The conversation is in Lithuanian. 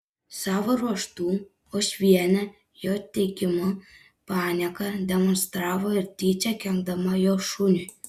savo ruožtu uošvienė jo teigimu panieką demonstravo ir tyčia kenkdama jo šuniui